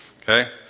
Okay